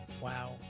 Wow